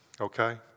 okay